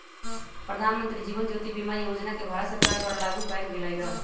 प्रधानमंत्री जीवन ज्योति बीमा योजना के भारत सरकार द्वारा लागू कएल गेलई र